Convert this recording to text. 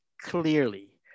clearly